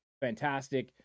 Fantastic